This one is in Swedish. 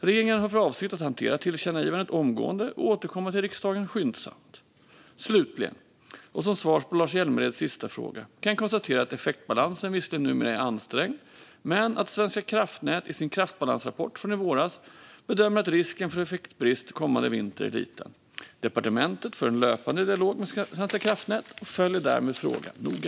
Regeringen har för avsikt att hantera tillkännagivandet omgående och återkomma till riksdagen skyndsamt. Slutligen och som svar på Lars Hjälmereds sista fråga kan jag konstatera att effektbalansen visserligen numera är ansträngd men att Svenska kraftnät i sin kraftbalansrapport från i våras bedömer att risken för effektbrist kommande vinter är liten. Departementet för en löpande dialog med Svenska kraftnät och följer därmed frågan noga.